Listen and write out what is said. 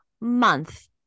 month